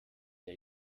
der